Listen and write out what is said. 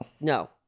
No